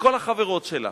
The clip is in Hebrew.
וכל החברות שלה